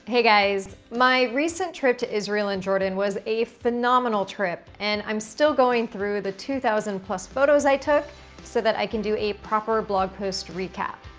hey guys, my recent trip to israel and jordan was a phenomenal trip. and i'm still going through the two thousand plus photos i took so that i can do a proper blog post recap.